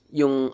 yung